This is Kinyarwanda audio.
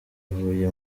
huye